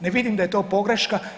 Ne vidim da je to pogreška.